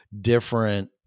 different